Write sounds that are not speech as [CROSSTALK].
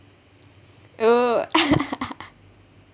oh [LAUGHS]